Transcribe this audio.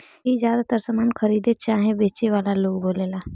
ई ज्यातर सामान खरीदे चाहे बेचे वाला लोग बोलेला